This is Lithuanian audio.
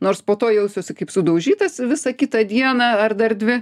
nors po to jausiuosi kaip sudaužytas visą kitą dieną ar dar dvi